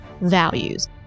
values